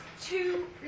Two